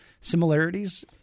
similarities